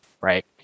right